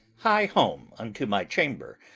hie home unto my chamber,